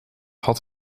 had